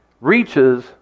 reaches